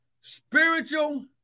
spiritual